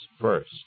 First